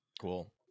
cool